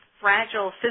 fragile